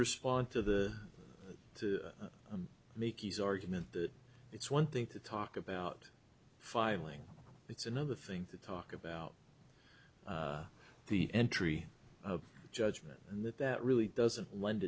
respond to the to make his argument that it's one thing to talk about five lng it's another thing to talk about the entry of judgment and that that really doesn't lend